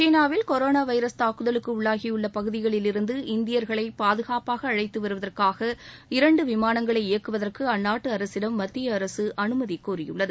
சீனாவில் corona virus தாக்குதலுக்கு உள்ளாகியுள்ள பகுதிகளிலிருந்து இந்தியர்களை பாதுகாப்பாக அழைத்து வருவதற்காக இரண்டு விமானங்களை இயக்குவதற்கு அந்நாட்டு அரசிடம் மத்திய அரசு அனுமதி கோரியுள்ளது